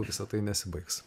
visa tai nesibaigs